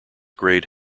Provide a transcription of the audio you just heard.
grade